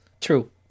true